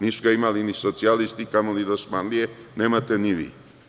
Nisu ga imali ni socijalisti, kamoli dosmanlije, nemate ni vi.